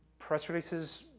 press releases,